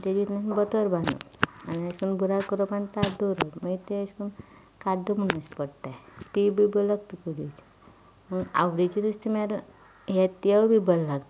तेजेर बतोर बांदप आनी अशें करून बुराक करप आनी ताट दवरप मागीर तें अशें करून काड्डो म्हणून दिश्टी पडटा तीय बी बरी लागता कडी आवडीचें नुस्तें म्हळ्यार हेतोय बी बरें लागता